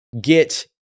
get